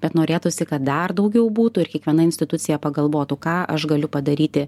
bet norėtųsi kad dar daugiau būtų ir kiekviena institucija pagalvotų ką aš galiu padaryti